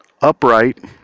upright